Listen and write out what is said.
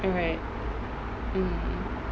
right mm mm